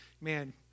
man